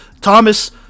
Thomas